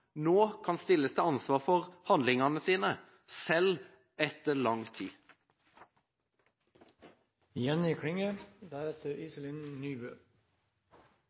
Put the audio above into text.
nå kan stilles til ansvar for handlingene sine, selv etter lang